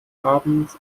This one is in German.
abend